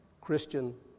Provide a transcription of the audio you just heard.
Christian